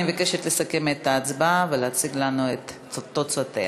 אני מבקשת לסכם את ההצבעה ולהציג לנו את תוצאותיה.